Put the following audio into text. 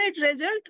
result